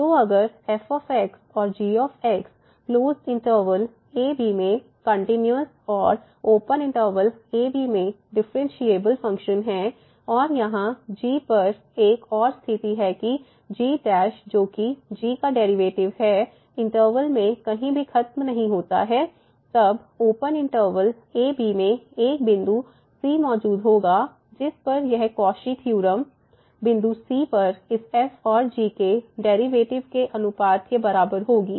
तो अगर f और g closed interval a b में कंटिन्यूस और ओपन इंटरवल a b में डिफरेंशिएबल फंक्शन हैं और यहां g पर एक और स्थिति है कि g जोकि g का डेरिवेटिव है इंटरवल में कहीं भी खत्म नहीं होता है तब ओपन इंटरवल a b में एक बिंदु c मौजूद होगा जिस पर यह Cauchy theorem fb fgb g बिंदु c पर इस f और g के डेरिवेटिव के अनुपात के बराबर होगी